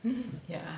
mm yeah